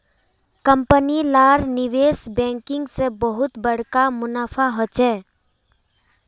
company लार निवेश banking से बहुत बड़का मुनाफा होचे